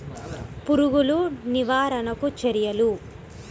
పురుగులు నివారణకు చర్యలు?